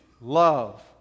Love